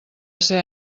ser